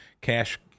cash